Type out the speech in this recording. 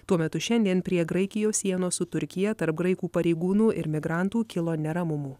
tuo metu šiandien prie graikijos sienos su turkija tarp graikų pareigūnų ir migrantų kilo neramumų